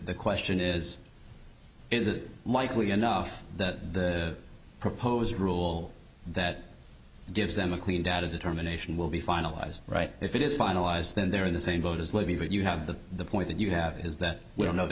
the question is is it likely enough that the proposed rule that gives them a clean data determination will be finalized right if it is finalized then they're in the same boat as libby but you have the point that you have is that we don't